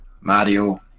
mario